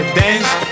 dance